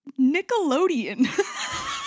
Nickelodeon